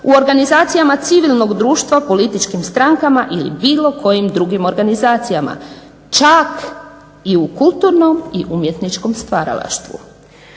u organizacijama civilnog društva, političkim strankama ili bilo kojim drugim organizacijama. Čak i u kulturnom i umjetničkom stvaralaštvu.